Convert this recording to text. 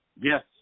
Yes